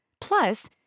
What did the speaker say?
Plus